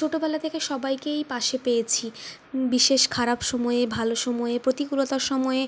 ছোটোবেলা থেকে সবাইকেই পাশে পেয়েছি বিশেষ খারাপ সময়ে ভাল সময়ে প্রতিকুলতার সময়ে